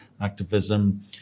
activism